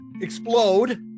explode